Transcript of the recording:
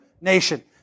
nation